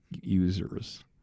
users